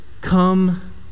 come